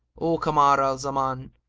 o kamar al zaman,